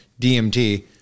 DMT